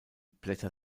blätter